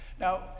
Now